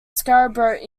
scarborough